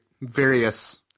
various